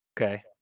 Okay